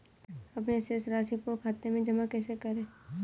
अपने शेष राशि को खाते में जमा कैसे करें?